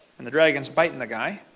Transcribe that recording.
and the dragon is biting the guy.